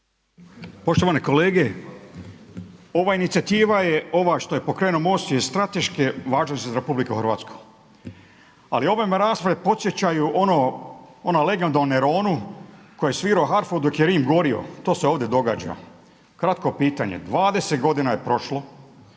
Poštovani kolege, ova inicijativa je, ova što je pokrenuo MOST je strateške važnosti za Republiku Hrvatsku. Ali ove me rasprave podsjećaju ono, ona legenda o Neronu koji je svirao harfu dok je Rim gorio. To se ovdje događa. Kratko pitanje. 20 godina je prošlo